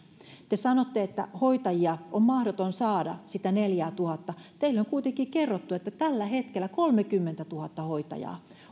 te sanotte että hoitajia on mahdoton saada sitä neljäätuhatta teille on kuitenkin kerrottu että tällä hetkellä kolmekymmentätuhatta hoitajaa